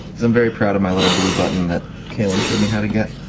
very proud of my little blue button that kaylyn showed me how to get.